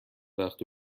وقتی